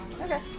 Okay